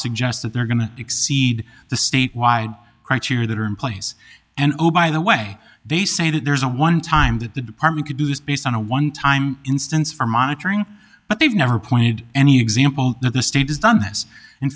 suggest that they're going to exceed the statewide criteria that are in place and the way they say that there's a one time that the department could do this based on a one time instance for monitoring but they've never pointed any example that the state has done has in